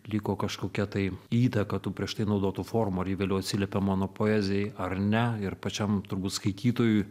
liko kažkokia tai įtaka tų prieš tai naudotų formų ar ji vėliau atsiliepia mano poezijai ar ne ir pačiam turbūt skaitytojui